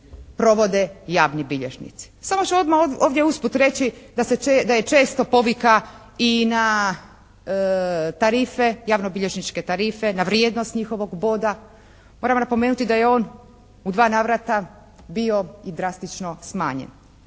provode javni bilježnici. Samo ću odmah ovdje usput reći da je često povika i na tarife, javnobilježničke tarife, na vrijednost njihovog boda. Moram napomenuti da je on u 2 navrata bio i drastično smanjen.